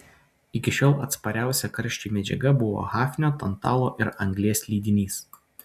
iki šiol atspariausia karščiui medžiaga buvo hafnio tantalo ir anglies lydinys